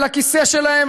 לכיסא שלהם,